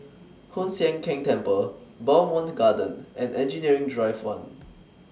Hoon Sian Keng Temple Bowmont Gardens and Engineering Drive one